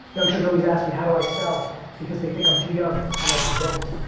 youngsters always ask me, how do i sell because they think i'm too young? i'm like, you don't.